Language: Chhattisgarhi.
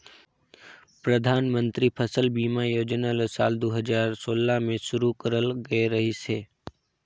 परधानमंतरी फसल बीमा योजना ल साल दू हजार सोला में शुरू करल गये रहीस हे